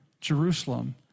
Jerusalem